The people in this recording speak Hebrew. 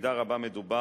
כשבמידה רבה מדובר